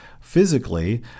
physically